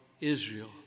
Israel